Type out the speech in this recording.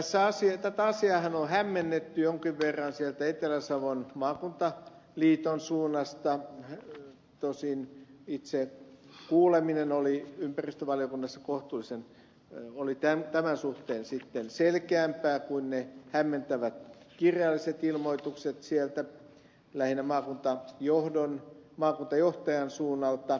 tätä asiaahan on hämmennetty jonkin verran sieltä etelä savon maakuntaliiton suunnasta tosin itse kuuleminen oli ympäristövaliokunnassa tämän suhteen sitten selkeämpää kuin ne hämmentävät kirjalliset ilmoitukset lähinnä sieltä maakuntajohtajan suunnalta